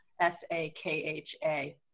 S-A-K-H-A